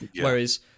whereas